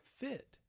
fit